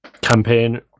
campaign